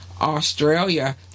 australia